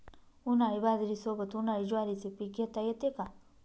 उन्हाळी बाजरीसोबत, उन्हाळी ज्वारीचे पीक घेता येते का?